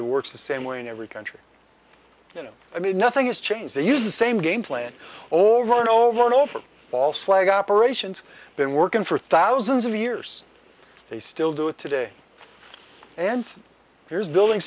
it works the same way in every country and i mean nothing is change they use the same game plan over and over and over false flag operations been working for thousands of years they still do it today and here's building